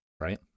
right